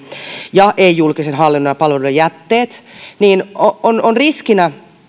ja julkisen hallinnon ja palveluiden jätteet niin on on riskinä